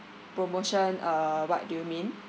promotion uh what do you mean